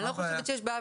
אני לא חושבת שיש בעיה,